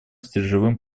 стержневым